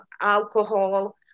alcohol